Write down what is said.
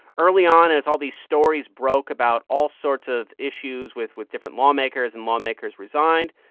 early on, as all these stories broke about all sorts of issues with with different lawmakers and lawmakers resigned,